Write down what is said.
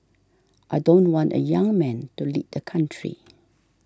I don't want a young man to lead the country